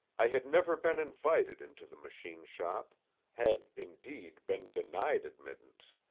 i had never been invited into the machine-shop had, indeed, been denied admittance,